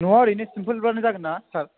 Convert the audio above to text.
न'आ ओरैनो सिमपोल ब्लानो जागोनना सार